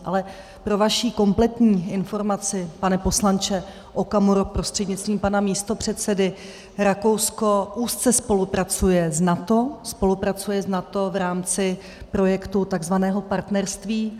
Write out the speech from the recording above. Ale pro vaši kompletní informaci, pane poslanče Okamuro prostřednictvím pana místopředsedy, Rakousko úzce spolupracuje s NATO, spolupracuje s NATO v rámci projektu takzvaného Partnerství.